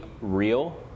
real